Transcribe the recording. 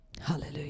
Hallelujah